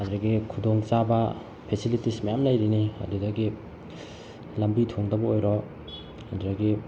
ꯑꯗꯨꯗꯒꯤ ꯈꯨꯗꯣꯡ ꯆꯥꯕ ꯐꯦꯁꯤꯂꯤꯇꯤꯁ ꯃꯌꯥꯝ ꯂꯩꯔꯤꯅꯤ ꯑꯗꯨꯗꯒꯤ ꯂꯝꯕꯤ ꯊꯣꯡꯗꯕꯨ ꯑꯣꯏꯔꯣ ꯑꯗꯨꯗꯒꯤ